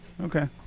Okay